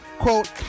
quote